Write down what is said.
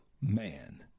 man